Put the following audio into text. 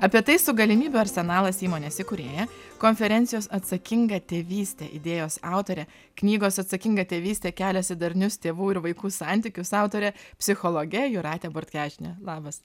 apie tai su galimybių arsenalas įmonės įkūrėja konferencijos atsakinga tėvystė idėjos autore knygos atsakinga tėvystė keliasi į darnius tėvų ir vaikų santykius autore psichologe jūrate bortkevičiene labas